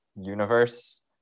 universe